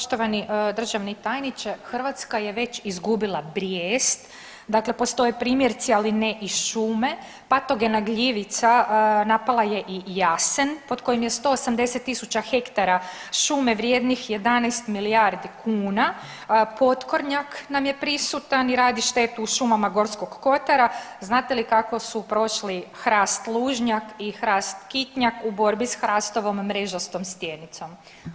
Poštovani državni tajniče, Hrvatska je već izgubila brijest, dakle postoje primjerci, ali ne i šume, patogena gljivica napala je i jasen pod kojim je 180 tisuća hektara šume vrijednih 11 milijardi kuna, potkornjak nam je prisutan i radi štetu u šumama Gorskog kotara, znate li kako su prošli hrast lužnjak i hrast kitnjak u borbi s hrastovom mrežastom stjenicom?